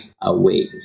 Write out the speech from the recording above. away